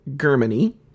Germany